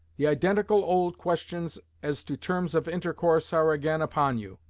the identical old questions, as to terms of intercourse, are again upon you.